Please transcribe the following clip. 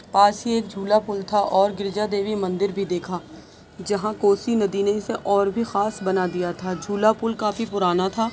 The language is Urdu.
پاس ہی ایک جھولا پُل تھا اور گرجا دیوی مندر بھی دیکھا جہاں کوسی ندی نے اِسے اور بھی خاص بنا دیا تھا جھولا پُل کافی پُرانا تھا